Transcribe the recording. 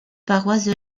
paroisses